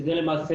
זה למעשה